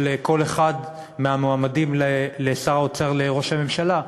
כל אחד מהמועמדים לשר האוצר ולראש הממשלה,